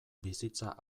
bizitza